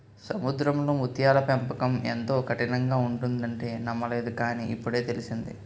సముద్రంలో ముత్యాల పెంపకం ఎంతో కఠినంగా ఉంటుందంటే నమ్మలేదు కాని, ఇప్పుడే తెలిసింది